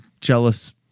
jealous